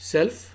Self